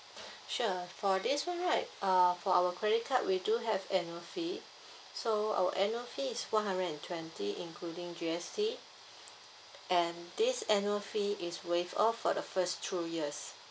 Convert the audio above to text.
sure for this [one] right uh for our credit card we do have annual fee so our annual fee is one hundred and twenty including G_S_T and this annual fee is waived off for the first two years